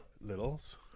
littles